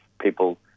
people